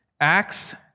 Acts